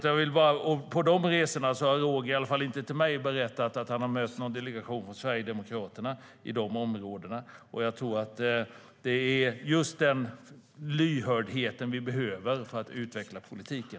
Roger Haddad har i alla fall inte till mig berättat att han har mött någon delegation från Sverigedemokraterna på resorna till dessa områden. Det är just den lyhördheten som behövs för att utveckla politiken.